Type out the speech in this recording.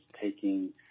taking